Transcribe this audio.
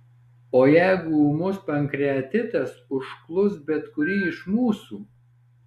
o jeigu ūmus pankreatitas užklups bet kurį iš mūsų